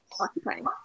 occupying